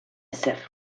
ezer